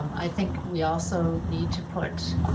um i think we also need to put